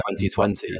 2020